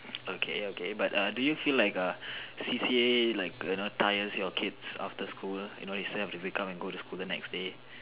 okay okay but uh do you feel like uh C_C_A like tires your kids after school you know you still have to wake up and go to school the next day